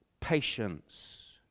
patience